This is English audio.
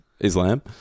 islam